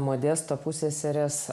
modesto pusseserės